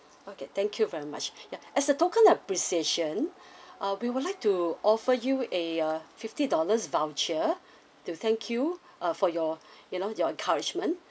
okay thank you very much ya as a token of appreciation uh we would like to offer you a a fifty dollars voucher to thank you uh for your you know your encouragement